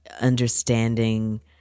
understanding